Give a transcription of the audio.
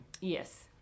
yes